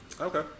Okay